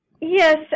Yes